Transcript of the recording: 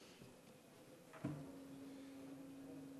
שלוש דקות.